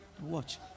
Watch